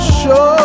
show